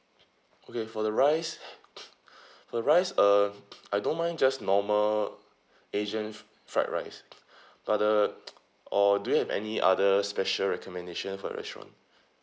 okay for the rice the rice uh I don't mind just normal asian fried rice but uh or do you have any other special recommendation for the restaurant